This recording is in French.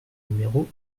numéro